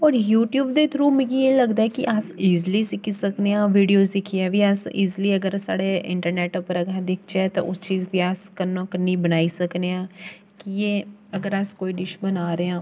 हून YouTube through थ्रु मिगी एह् लगदा ऐ कि अस इज्ली सिक्खी सक्कने आं बिड़िओज़ दिक्खियै बी अस इज्ली अगर साढ़े इंटरनैट्ट उप्पर अस दिखचै उस चीज़ गी अस कन्नौ कन्नी बनाई सकने आं कि एह् अगर अस कोई डिश बना दे आं